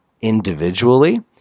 individually